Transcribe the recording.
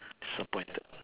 disappointed